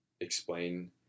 explain